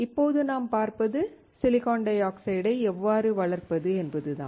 இப்போது நாம் பார்ப்பது சிலிக்கான் டை ஆக்சைடை எவ்வாறு வளர்ப்பது என்பதுதான்